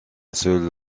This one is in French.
seule